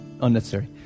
unnecessary